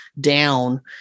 down